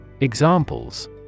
Examples